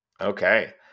Okay